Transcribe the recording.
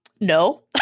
no